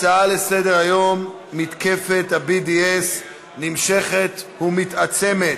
נעבור להצעות לסדר-היום בנושא: מתקפת ה-BDS נמשכת ומתעצמת,